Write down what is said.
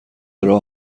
راه